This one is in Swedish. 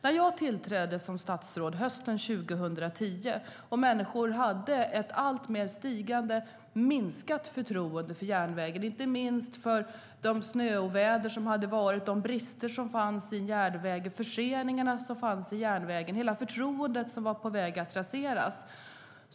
När jag tillträdde som statsråd hösten 2010 hade människor ett sjunkande förtroende för järnvägen, inte minst på grund av de snöoväder som hade varit, de brister som fanns och de förseningar som var vanliga. Hela förtroendet var på väg att raseras.